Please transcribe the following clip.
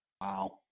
Wow